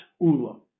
ula